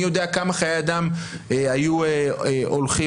מי יודע כמה חיי אדם היו הולכים לאיבוד שם.